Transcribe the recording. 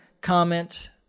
comment